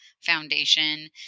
Foundation